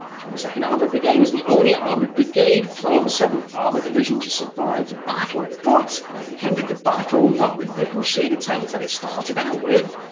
twenty second armoured ah but brigade was the only armoured brigade from seventh armoured division to survive the battle, but ended the battle, not with the crusader tanks and it started out with,